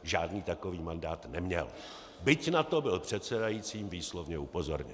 Žádný takový mandát neměl, byť na to byl předsedajícím výslovně upozorněn.